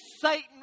Satan